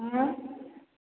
ଆଉ